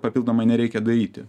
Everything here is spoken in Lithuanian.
papildomai nereikia daryti